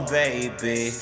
baby